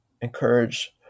encourage